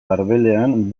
arbelean